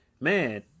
man